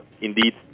indeed